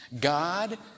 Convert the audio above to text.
God